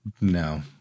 No